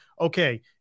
okay